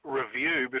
review